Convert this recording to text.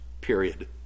Period